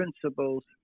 principles